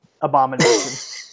abomination